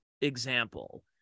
example